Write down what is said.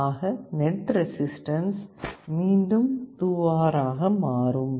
ஆக net resistance மீண்டும் 2 R ஆக மாறும்